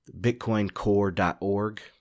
BitcoinCore.org